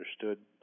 understood